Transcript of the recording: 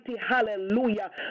hallelujah